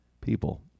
people